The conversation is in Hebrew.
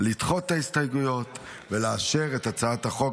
לדחות את ההסתייגויות ולאשר את הצעת החוק